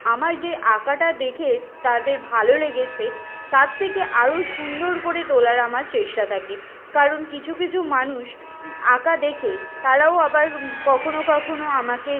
আমার যে আঁকাটা দেখে তাদের ভালো লেগেছে তার থেকে আরও সুন্দর করে তোলার আমার চেষ্টা থাকে কারণ কিছু কিছু মানুষ আঁকা দেখে তারাও আবার কখনো কখনো আমাকে